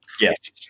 yes